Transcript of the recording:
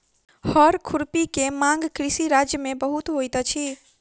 हअर खुरपी के मांग कृषि राज्य में बहुत होइत अछि